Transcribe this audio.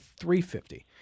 $350